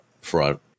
front